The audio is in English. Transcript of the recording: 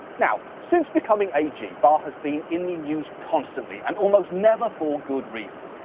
now, since becoming ag, barr has been in the news constantly, and almost never for good reasons.